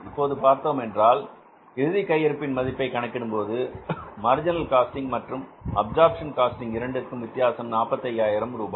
இப்போது பார்த்தோமென்றால் இறுதி கை இருப்பின் மதிப்பை கணக்கிடும்போது மார்ஜினல் காஸ்டிங் மற்றும் அப்சர்ப்ஷன் காஸ்டிங் இரண்டிற்கும் வித்தியாசம் 45000 ரூபாய்